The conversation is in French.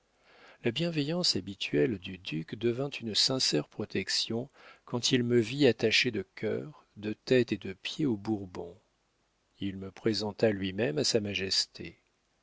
la bienveillance habituelle du duc devint une sincère protection quand il me vit attaché de cœur de tête et de pied aux bourbons il me présenta lui-même à sa majesté